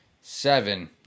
Seven